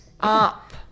Up